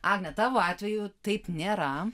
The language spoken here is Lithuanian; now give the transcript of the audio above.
agne tavo atveju taip nėra